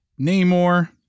Namor